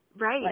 Right